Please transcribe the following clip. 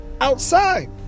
outside